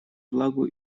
влагу